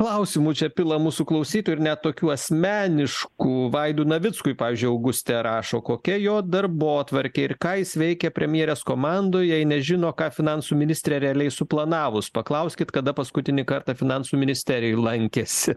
klausimų čia pila mūsų klausytojai ir net tokių asmeniškų vaidui navickui pavyzdžiui augustė rašo kokia jo darbotvarkė ir ką jis veikia premjerės komandoj jei nežino ką finansų ministrė realiai suplanavus paklauskit kada paskutinį kartą finansų ministerijoj lankėsi